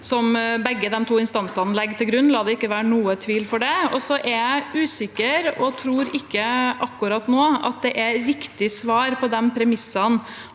begge de to instansene legger til grunn – la det ikke være noen tvil om det. Likevel er jeg usikker og tror ikke at det akkurat nå er riktig svar på de premissene